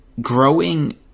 growing